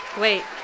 Wait